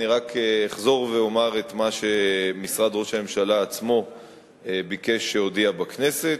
רק אחזור ואומר את מה שמשרד ראש הממשלה עצמו ביקש שאודיע בכנסת,